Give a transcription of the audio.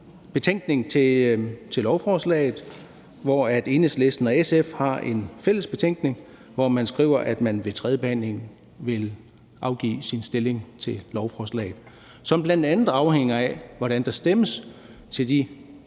betænkning til lovforslaget. Enhedslisten og SF har en fælles betænkning, hvori man skriver, at man ved tredjebehandlingen vil tilkendegive sin stillingtagen til lovforslaget. Det afhænger bl.a. af, hvordan der stemmes til de